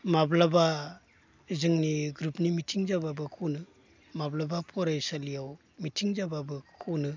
माब्लाबा जोंनि ग्रुपनि मिटिं जाब्लाबो खनो माब्लाबा फरायसालियाव मिटिं जाब्लाबो खनो